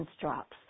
drops